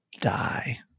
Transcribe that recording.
die